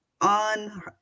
on